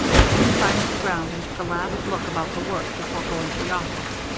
bannon climbed to the ground and took a last look about the work before going to the office.